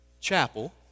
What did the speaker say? chapel